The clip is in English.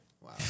Wow